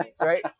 right